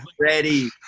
ready